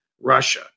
Russia